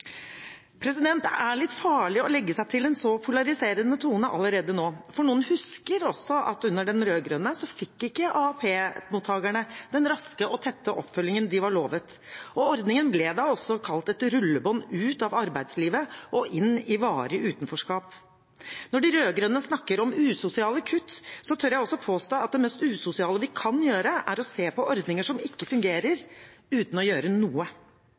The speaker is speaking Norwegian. det. Det er litt farlig å legge seg til en så polariserende tone allerede nå, for noen husker at AAP-mottakerne ikke fikk den raske og tette oppfølgingen de var lovet, under de rød-grønne. Ordningen ble også kalt et rullebånd ut av arbeidslivet og inn i varig utenforskap. Når de rød-grønne snakker om usosiale kutt, tør jeg også påstå at det mest usosiale vi kan gjøre, er å se på ordninger som ikke fungerer, uten å gjøre noe.